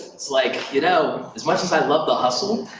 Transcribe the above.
it's like, you know, as much as i love the hustle,